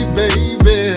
baby